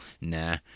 Nah